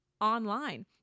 online